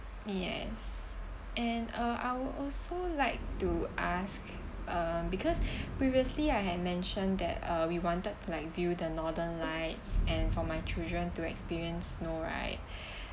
yes and uh I would also like to ask um because previously I had mentioned that err we wanted to like view the northern lights and for my children to experience snow right